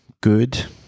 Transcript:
good